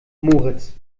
moritz